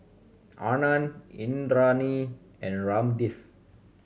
Anand Indranee and Ramdev